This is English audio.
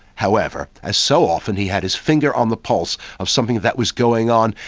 however, as so often, he had his finger on the pulse of something that was going on,